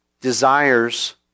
desires